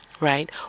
right